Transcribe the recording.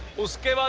let's go.